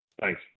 Thanks